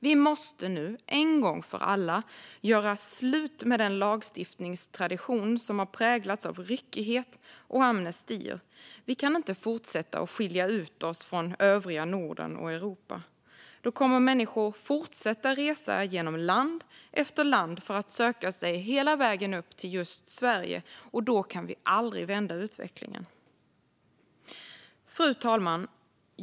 Vi måste nu en gång för alla göra slut med den lagstiftningstradition som har präglats av ryckighet och amnestier. Vi kan inte fortsätta att skilja ut oss från övriga Norden och Europa. Då kommer människor att fortsätta resa genom land efter land för att söka sig hela vägen upp till just Sverige. Och då kan vi aldrig vända utvecklingen. Fru talman!